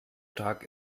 tag